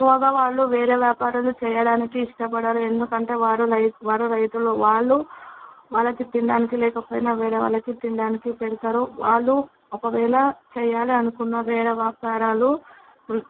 ఎక్కువగా వాళ్ళు వేరే వ్యాపారాలు చేయడానికి ఇష్టపడరు ఎందుకంటే వారు లైత్ వారు రైతులు వాళ్ళు వాళ్ళకు తినడానికి లేకపోయినా వేరే వాళ్ళకి తినడానికి పెడతారు వాళ్ళు ఒకవేళ చేయాలి అనుకున్న వేరే వ్యాపారాలు